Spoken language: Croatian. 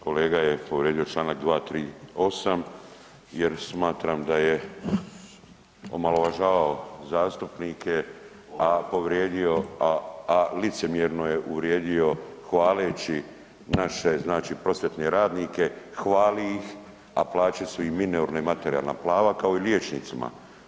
Kolega je povrijedio čl. 238. jer smatram da je omalovažavao zastupnike, a povrijedio, a licemjerno je uvrijedio hvaleći naše znači prosvjetne radnike, hvali ih, a plaće su im minorne, materijalna prava, kao i liječnicima.